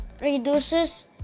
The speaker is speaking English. reduces